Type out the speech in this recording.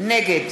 נגד